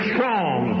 Strong